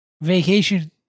Vacation